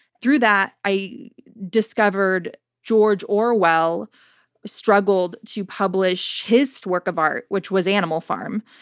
through that, i discovered george orwell struggled to publish his work of art, which was animal farm.